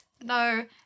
no